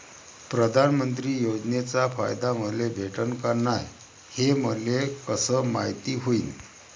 प्रधानमंत्री योजनेचा फायदा मले भेटनं का नाय, हे मले कस मायती होईन?